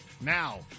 Now